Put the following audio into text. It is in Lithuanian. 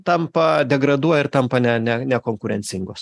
tampa degraduoja ir tampa ne ne nekonkurencingos